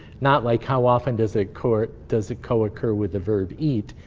not like, how often does a court does it co-occur with the verb eat?